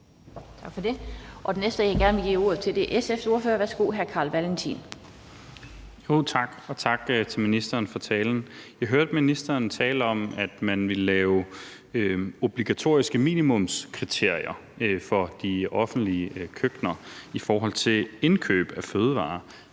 Tak for det. Den næste, jeg gerne vil give ordet til, er hr. Carl Valentin fra SF. Værsgo. Kl. 15:42 Carl Valentin (SF): Tak. Og tak til ministeren for talen. Jeg hørte ministeren tale om, at man ville lave obligatoriske minimumskriterier for de offentlige køkkener i forhold til indkøb af fødevarer,